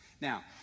Now